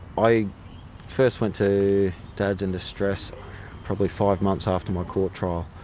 i first went to dads in distress probably five months after my court trial,